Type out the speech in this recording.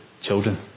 children